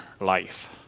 life